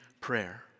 prayer